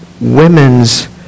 women's